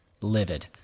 livid